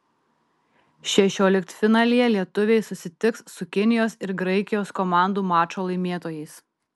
šešioliktfinalyje lietuviai susitiks su kinijos ir graikijos komandų mačo laimėtojais